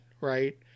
right